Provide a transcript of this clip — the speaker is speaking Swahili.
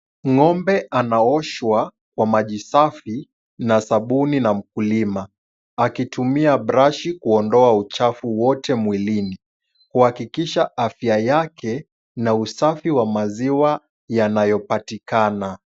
Ng'ombe anaoshwa kwa maji safi na sabuni na mkulima. Akitumia brashi kuondoa uchafu wote mwilini. Kuhakikisha afya yake na usafi wa maziwa yanayopatikana.